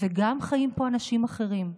וגם חיים פה אנשים אחרים,